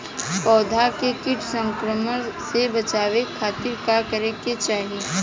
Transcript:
पौधा के कीट संक्रमण से बचावे खातिर का करे के चाहीं?